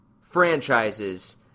franchises